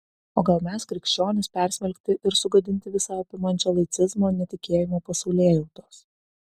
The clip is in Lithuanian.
o gal mes krikščionys persmelkti ir sugadinti visa apimančio laicizmo netikėjimo pasaulėjautos